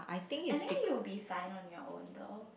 I think you will be fine on your own though